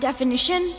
Definition